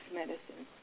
medicine